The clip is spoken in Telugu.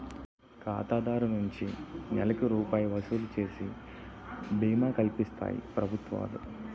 ఖాతాదారు నుంచి నెలకి రూపాయి వసూలు చేసి బీమా కల్పిస్తాయి ప్రభుత్వాలు